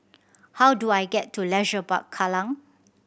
how do I get to Leisure Park Kallang